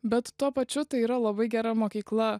bet tuo pačiu tai yra labai gera mokykla